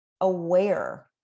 aware